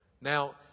Now